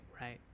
right